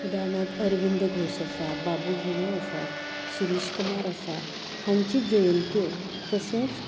उदारणार्थ अरविंद घोश आसा बाबू हेमू आसा शिरिश कुमार आसा हांची जयंत्यो तशेंच